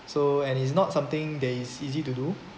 so and it's not something that is easy to do